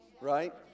right